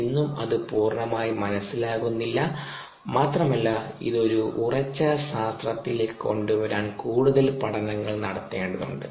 ഇന്നും അത് പൂർണ്ണമായി മനസ്സിലാകുന്നില്ല മാത്രമല്ല ഇത് ഒരു ഉറച്ച ശാസ്ത്രത്തിലേക്ക് കൊണ്ടുവരാൻ കൂടുതൽ പഠനങ്ങൾ നടത്തേണ്ടതുണ്ട്